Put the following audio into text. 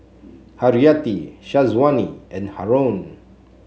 Haryati Syazwani and Haron